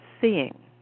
seeing